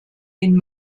den